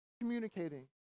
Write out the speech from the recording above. communicating